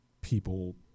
people